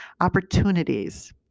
opportunities